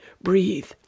Breathe